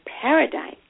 paradigm